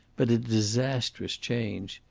but a disastrous change.